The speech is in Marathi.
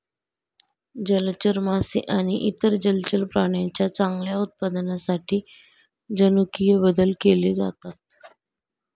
जलचर मासे आणि इतर जलचर प्राण्यांच्या चांगल्या उत्पादनासाठी जनुकीय बदल केले जातात